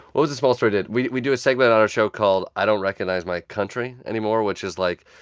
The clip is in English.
what was a small story i did? we we do a segment on our show called i don't recognize my country anymore, which is, like,